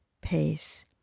pace